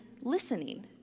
listening